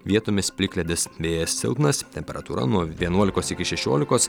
vietomis plikledis vėjas silpnas temperatūra nuo vienuolikos iki šešiolikos